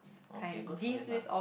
ok go toilet bah